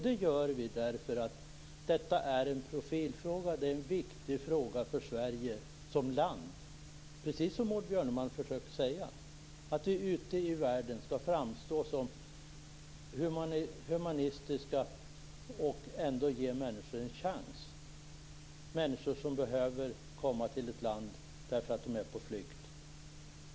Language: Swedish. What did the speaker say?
Vi gör det därför att det gäller en profilfråga, en viktig fråga för Sverige som land. Precis som Maud Björnemalm försökte säga vill vi ute i världen framstå som humanitära. Vi vill ge människor som är på flykt och som behöver komma till ett land en chans.